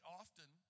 often